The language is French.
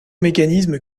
mécanismes